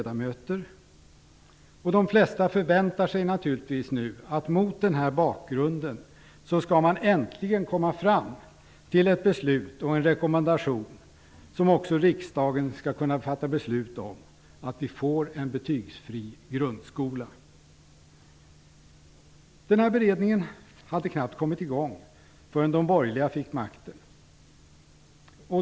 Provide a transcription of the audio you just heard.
De flesta förväntade sig naturligtvis att man, mot nyss nämnda bakgrund, äntligen skulle komma fram till en rekommendation om en betygsfri grundskola, som riksdagen skulle fatta beslut om. Denna beredning hade knappt kommit i gång förrän de borgerliga fick makten.